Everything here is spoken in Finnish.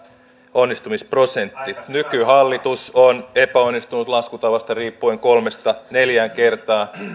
onnistumisprosentti nykyhallitus on epäonnistunut laskutavasta riippuen kolmesta neljään kertaa